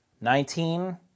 Nineteen